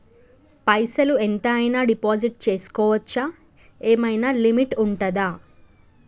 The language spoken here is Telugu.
పైసల్ ఎంత అయినా డిపాజిట్ చేస్కోవచ్చా? ఏమైనా లిమిట్ ఉంటదా?